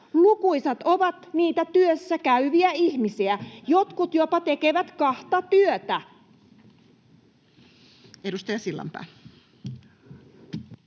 lukuisat ovat niitä työssäkäyviä ihmisiä, jotkut tekevät jopa kahta työtä. Edustaja Sillanpää.